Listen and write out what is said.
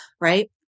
right